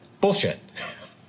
bullshit